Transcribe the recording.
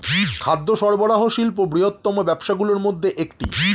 খাদ্য সরবরাহ শিল্প বৃহত্তম ব্যবসাগুলির মধ্যে একটি